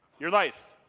your life,